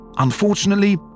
Unfortunately